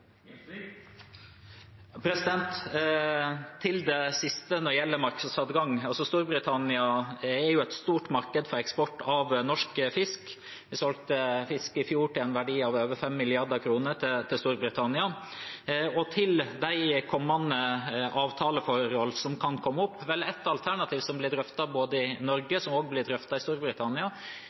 Til det siste når det gjelder markedsadgang: Storbritannia er jo et stort marked for eksport av norsk fisk. Vi solgte fisk i fjor til en verdi av over 5 mrd. kr til Storbritannia. Og når det gjelder de kommende avtaleforhold som kan komme opp: Ett alternativ som ble drøftet både i Norge og i Storbritannia, er britisk medlemskap i